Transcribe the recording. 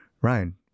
Ryan